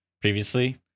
previously